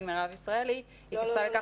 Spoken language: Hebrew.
מירב ישראלי התייחסה לכך שיש --- לא,